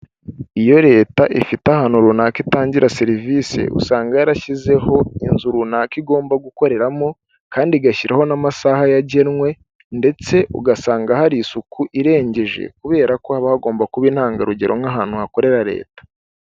Iyo leta ifite ahantu runaka itangira serivisi, usanga yarashyizeho inzu runaka igomba gukoreramo kandi igashyiraho n'amasaha yagenwe ndetse ugasanga hari isuku irengeje, kubera ko haba hagomba kuba intangarugero nk'ahantu hakorera leta.